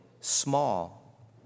small